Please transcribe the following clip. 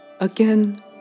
again